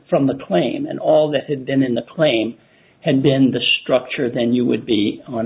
from the plane and all that and then in the plane and then the structure then you would be on